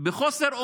בחוסר אונים,